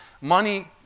money